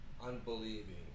unbelieving